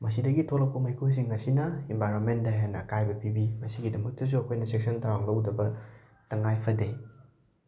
ꯃꯁꯤꯗꯒꯤ ꯊꯣꯛꯂꯛꯄ ꯃꯩꯈꯨꯁꯤꯡ ꯑꯁꯤꯅ ꯏꯟꯚꯥꯏꯔꯣꯟꯃꯦꯟꯗ ꯍꯦꯟꯅ ꯑꯀꯥꯏꯕ ꯄꯤꯕꯤ ꯃꯁꯤꯒꯤꯗꯃꯛꯇꯁꯨ ꯑꯩꯈꯣꯏꯅ ꯆꯦꯛꯁꯤꯟ ꯊꯧꯔꯥꯡ ꯂꯧꯗꯕ ꯇꯉꯥꯏꯐꯗꯦ